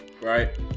right